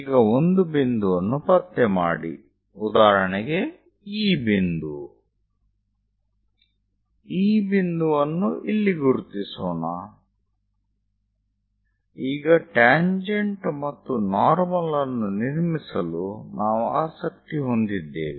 ಈಗ ಒಂದು ಬಿಂದುವನ್ನು ಪತ್ತೆ ಮಾಡಿ ಉದಾಹರಣೆಗೆ ಈ ಬಿಂದು ಈ ಬಿಂದುವನ್ನು ಇಲ್ಲಿ ಗುರುತಿಸೋಣ ಈಗ ಟ್ಯಾಂಜೆಂಟ್ ಮತ್ತು ನಾರ್ಮಲ್ ಅನ್ನು ನಿರ್ಮಿಸಲು ನಾವು ಆಸಕ್ತಿ ಹೊಂದಿದ್ದೇವೆ